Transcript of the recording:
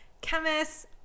chemist